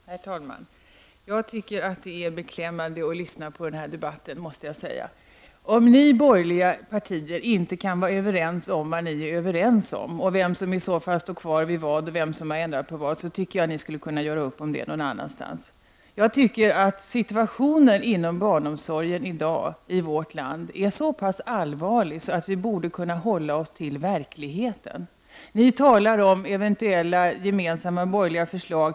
Herr talman! Jag måste säga att det är beklämmande att lyssna på den här debatten. Även om ni borgerliga inte kan vara överens om vad ni är eniga om -- om vem som står kvar vid vad eller vem som har ändrat vad -- kan ni väl göra upp om det någon annanstans. Situationen inom barnomsorgen i vårt land är i dag, tycker jag, så pass allvarlig att vi borde kunna hålla oss till verkligheten. Ni talar om eventuella gemensamma borgerliga förslag.